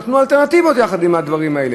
נתנו אלטרנטיבות יחד עם הדברים האלה.